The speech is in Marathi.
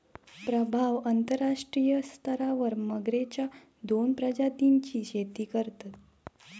प्रभाव अंतरराष्ट्रीय स्तरावर मगरेच्या दोन प्रजातींची शेती करतत